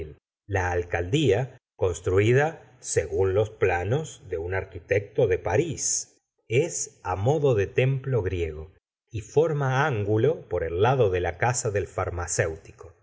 la alcaldía construida según los planos de un arquitecto de paris es modo de templo griego y forma ángulo pr el lado de la casa del farmacéutico